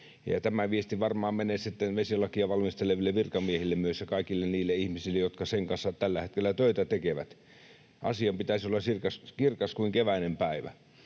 tämä viesti varmaan menee sitten vesilakia valmisteleville virkamiehille myös ja kaikille niille ihmisille, jotka sen kanssa tällä hetkellä töitä tekevät. Asian pitäisi olla kirkas kuin keväinen päivä.